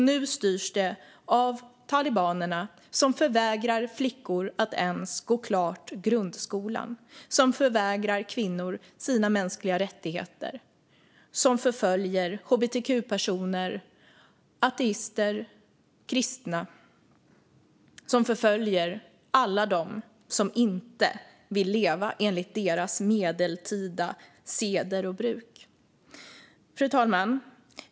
Nu styrs det av talibanerna - som förvägrar flickor att ens gå klart grundskolan, som förvägrar kvinnor deras mänskliga rättigheter, som förföljer hbtq-personer, ateister och kristna och som förföljer alla som inte vill leva enligt deras medeltida seder och bruk. Fru talman!